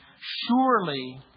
surely